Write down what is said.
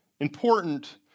important